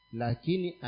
lakini